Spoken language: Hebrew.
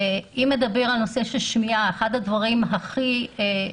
בנושא של שמיעה אחד הדברים שטיפלנו